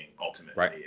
ultimately